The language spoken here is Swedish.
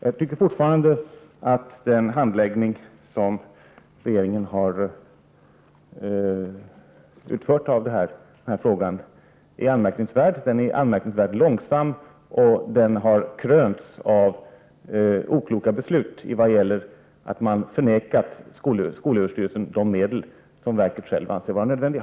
Jag tycker fortfarande att regeringens handläggning av denna fråga är anmärkningvärd — den är långsam, och den har krönts av okloka beslut när regeringen har förvägrat skolöverstyrelsen de medel som verket självt anser vara nödvändiga.